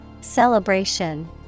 Celebration